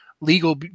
legal